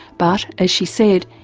but, as she said,